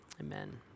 amen